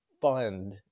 fund